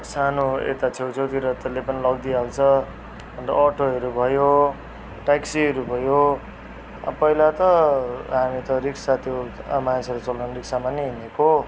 सानो यता छेउछेउतिर त्यसले पनि लग्दिहाल्छ अन्त अटोहरू भयो ट्याक्सीहरू भयो अब पहिला त हामी त रिक्सा त्यो मानिसहरूले चलाउने रिक्सामा नै हिँडेको